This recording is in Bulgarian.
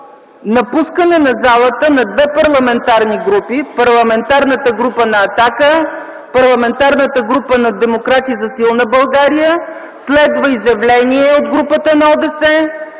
напускане на залата на две парламентарни групи – Парламентарната група на „Атака”, Парламентарната група на „Демократи за силна България”, следва изявление от групата на ОДС.